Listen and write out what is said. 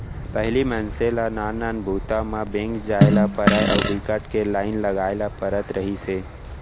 पहिली मनसे ल नान नान बूता म बेंक जाए ल परय अउ बिकट के लाईन लगाए ल परत रहिस हे